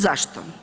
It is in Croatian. Zašto?